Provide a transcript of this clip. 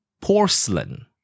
Porcelain